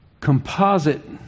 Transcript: Composite